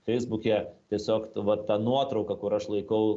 feisbuke tiesiog va ta nuotrauka kur aš laikau